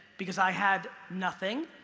because i had nothing,